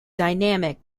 dynamic